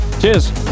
Cheers